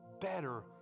better